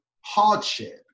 hardship